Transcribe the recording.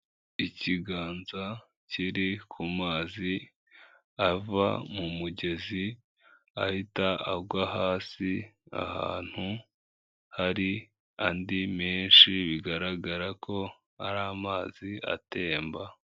Ikiganza kiri ku mazi ava mu mugezi ahita agwa hasi, ahantu hari andi menshi bigaragara ko ari amazi atemba.